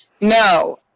No